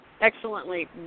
Excellently